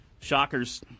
Shockers